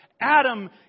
Adam